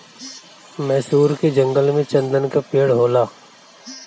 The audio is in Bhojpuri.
मैसूर के जंगल में चन्दन के पेड़ होला